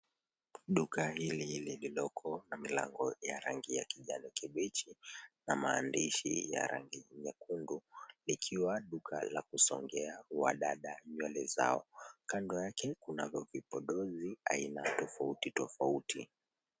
Duka hili liloko na milango ya rangi ya kijani kibichi na maandishi ya rangi nyekundu likiwa duka la kusongea wadada nywele zao. Kando yake kunavyo vipodozi aina tofauti tofauti.